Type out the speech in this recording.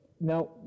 Now